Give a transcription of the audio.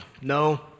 No